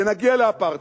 ונגיע לאפרטהייד.